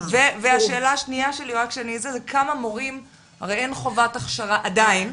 השאלה השנייה שלי, הרי אין חובת הכשרה עדיין,